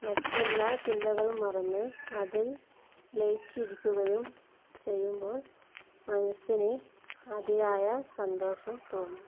മറ്റെല്ലാ ചിന്തകളും മറന്ന് അതിൽ ലയിച്ചിരിക്കുകയും ചെയ്യുമ്പോൾ മനസ്സിന് അതിയായ സന്തോഷം തോന്നും